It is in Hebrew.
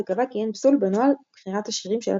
וקבע כי אין פסול בנוהל בחירת השירים של התחנה.